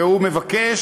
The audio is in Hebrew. והוא מבקש,